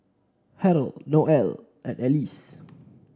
Harrold Noel and Alyse